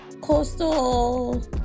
coastal